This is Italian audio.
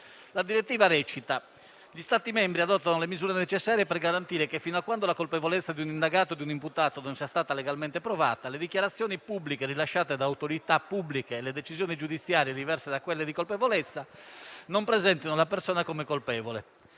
Essa prevede infatti che «gli Stati membri adottano le misure necessarie per garantire che, fino a quando la colpevolezza di un indagato o di un imputato non sia stata legalmente provata, le dichiarazioni pubbliche rilasciate da autorità pubbliche e le decisioni giudiziarie diverse da quelle sulla colpevolezza non presentino la persona come colpevole».